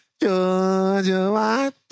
Georgia